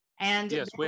Yes